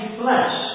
flesh